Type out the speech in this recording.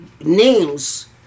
names